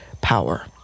power